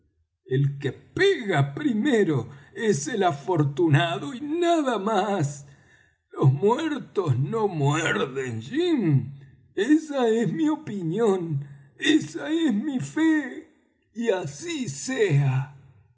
el que pega primero es el afortunado y nada más los muertos no muerden jim esa es mi opinión esa es mi fe y así sea